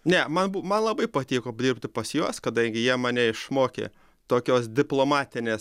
ne man bu man labai patiko dirbti pas juos kadangi jie mane išmokė tokios diplomatinės